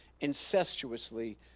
incestuously